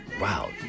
wow